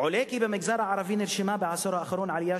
במגזר הערבי נרשמה בעשור האחרון עלייה